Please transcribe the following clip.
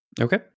Okay